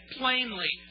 plainly